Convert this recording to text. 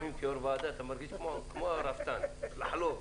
לפעמים כיושב-ראש הוועדה אתה מרגיש כמו רפתן לחלוב,